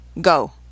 Go